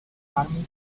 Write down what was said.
armies